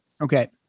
Okay